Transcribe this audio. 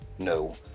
No